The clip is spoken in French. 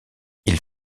ils